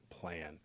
plan